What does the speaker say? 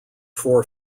four